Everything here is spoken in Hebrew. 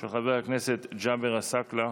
של חבר הכנסת ג'אבר עסאקלה.